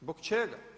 Zbog čega?